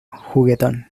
juguetón